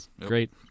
Great